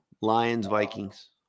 Lions-Vikings